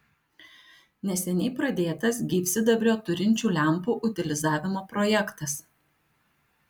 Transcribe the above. neseniai pradėtas gyvsidabrio turinčių lempų utilizavimo projektas